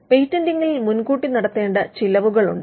പേറ്റന്റിംഗിൽ മുൻകൂട്ടി നടത്തേണ്ട ചിലവുകളുണ്ട്